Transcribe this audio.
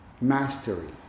mastery